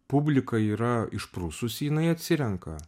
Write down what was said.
publika yra išprususi jinai atsirenka